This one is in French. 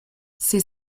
ses